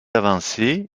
avancée